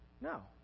No